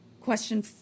question